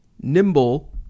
nimble